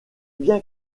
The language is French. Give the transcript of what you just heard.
bien